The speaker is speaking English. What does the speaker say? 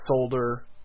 Solder